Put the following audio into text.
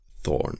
Thorn